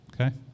Okay